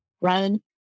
run